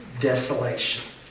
desolation